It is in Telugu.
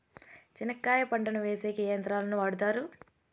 చెనక్కాయ పంటను వేసేకి ఏ యంత్రాలు ను వాడుతారు?